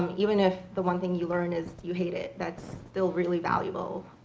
even if the one thing you learn is you hate it, that's still really valuable